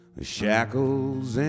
Shackles